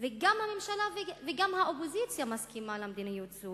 וגם הממשלה וגם האופוזיציה מסכימות למדיניות זו.